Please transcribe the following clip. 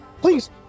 please